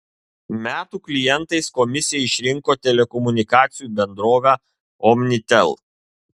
metų klientais komisija išrinko telekomunikacijų bendrovę omnitel